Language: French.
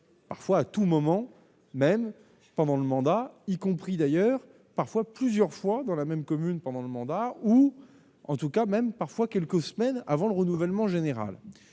parfois à tout moment, même pendant le mandat, y compris d'ailleurs parfois plusieurs fois dans la même commune pendant le mandat ou en tout cas, même parfois quelques semaines avant le renouvellement général